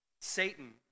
Satan